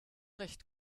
recht